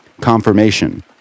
confirmation